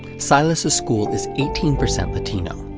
silas' school is eighteen percent latino.